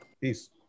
Peace